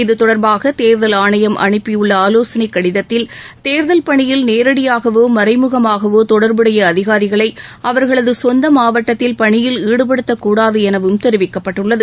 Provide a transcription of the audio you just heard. இத்தொடர்பாக தேர்தல் ஆணையம் அனுப்பியுள்ள ஆலோசனைக் கடிதத்தில் தேர்தல் பணியில் நேரடியாகவோ மறைமுகமாகவோ தொடர்புடைய அதிகாரிகளை அவர்களது சொந்த மாவட்டத்தில் பணியில் ஈடுபடுத்தக்கூடாது எனவும் தெரிவிக்கப்பட்டுள்ளது